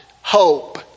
hope